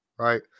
Right